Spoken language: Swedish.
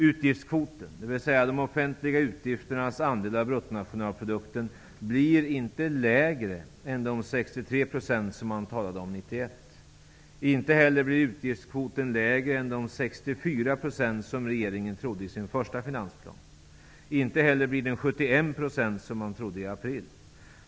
Utgiftskvoten, dvs. de offentliga utgifternas andel av bruttonationalprodukten, blir inte lägre än de 63 % som man talade om 1991. Inte heller blir utgiftskvoten lägre än de 64 % som regeringen trodde att den skulle bli i sin första finansplan. Inte heller blir den 71 %, som man trodde i april.